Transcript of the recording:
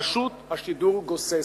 רשות השידור גוססת.